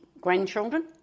grandchildren